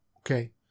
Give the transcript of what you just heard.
okay